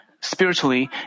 Spiritually